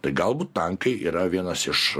tai galbūt tankai yra vienas iš